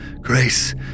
Grace